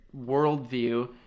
worldview